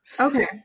Okay